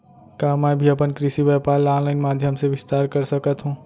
का मैं भी अपन कृषि व्यापार ल ऑनलाइन माधयम से विस्तार कर सकत हो?